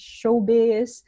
showbiz